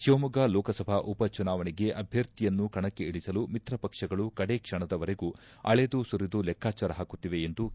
ಶಿವಮೊಗ್ಗ ಲೋಕಸಭಾ ಉಪ ಚುನಾವಣೆಗೆ ಅಭ್ಯರ್ಥಿಯನ್ನು ಕಣಕ್ಕೆ ಇಳಿಸಲು ಮಿತ್ರ ಪಕ್ಷಗಳು ಕಡೆ ಕ್ಷಣದವರೆಗೂ ಅಳೆದು ಸುರಿದು ಲೆಕ್ಕಚಾರ ಹಾಕುತ್ತಿವೆ ಎಂದು ಕೆ